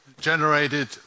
generated